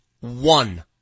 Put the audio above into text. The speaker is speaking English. One